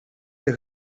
els